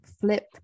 flip